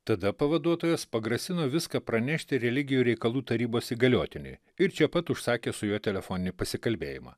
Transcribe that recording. tada pavaduotojas pagrasino viską pranešti religijų reikalų tarybos įgaliotiniui ir čia pat užsakė su juo telefoninį pasikalbėjimą